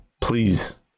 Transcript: Please